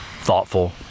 thoughtful